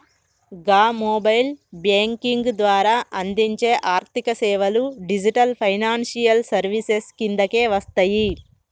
గా mobile banking ద్వారా అందించే ఆర్థికసేవలు డిజిటల్ ఫైనాన్షియల్ సర్వీసెస్ కిందకే వస్తయి